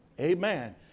Amen